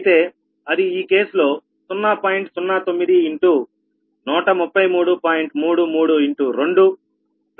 అయితే అది ఈ కేసులో 0